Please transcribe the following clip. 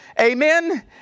Amen